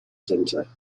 centre